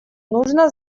нужно